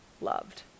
loved